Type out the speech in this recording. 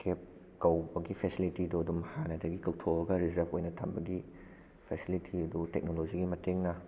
ꯀꯦꯕ ꯀꯧꯕꯒꯤ ꯐꯦꯁꯤꯂꯤꯇꯤꯗꯣ ꯑꯗꯨꯝ ꯍꯥꯟꯗꯒꯤ ꯀꯧꯊꯣꯛꯑꯒ ꯔꯤꯖꯥꯕ ꯑꯣꯏꯅ ꯊꯝꯕꯒꯤ ꯐꯦꯁꯤꯂꯤꯇꯤ ꯑꯗꯨ ꯇꯦꯛꯅꯣꯂꯣꯖꯤꯒꯤ ꯃꯇꯦꯡꯅ